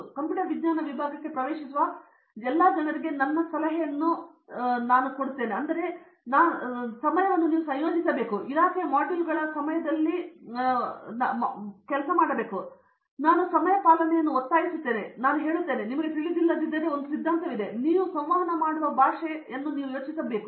computer ವಿಜ್ಞಾನ ವಿಭಾಗಕ್ಕೆ ಪ್ರವೇಶಿಸುವ ಎಲ್ಲಾ ಜನರಿಗೆ ನನ್ನ ಸಲಹೆಯನ್ನು ನಾನು ಅದೇ ಸಂಶೋಧನಾ ವಿಧಾನ ಕೋರ್ಸ್ಗೆ ಸ್ವಲ್ಪ ಸಮಯದ ಮೊದಲು ಸಂಯೋಜಿಸುತ್ತಿದ್ದೇನೆ ಮತ್ತು ಇಲಾಖೆಯ ಮಾಡ್ಯೂಲ್ಗಳ ಸಮಯದಲ್ಲಿ ನಾನು ಒತ್ತಾಯಿಸುತ್ತೇನೆ ಮತ್ತು ನಾನು ಈಗ ಹೇಳುತ್ತೇನೆ ನಿಮಗೆ ತಿಳಿದಿಲ್ಲದಿದ್ದರೆ ಒಂದು ಸಿದ್ಧಾಂತವಿದೆ ನೀವು ಸಂವಹನ ಮಾಡುವ ಭಾಷೆಯು ನೀವು ಯೋಚಿಸಬಹುದು